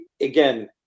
again